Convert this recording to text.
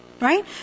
Right